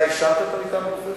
אתה אישרת את המיטה המעופפת?